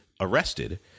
arrested